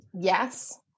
Yes